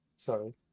sorry